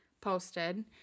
posted